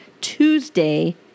Tuesday